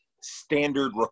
standard